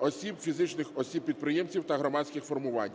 осіб, фізичних осіб - підприємців та громадських формувань".